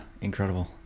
incredible